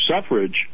suffrage